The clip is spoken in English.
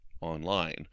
online